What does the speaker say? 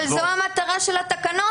אבל זו המטרה של התקנות.